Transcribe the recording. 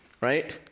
right